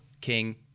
King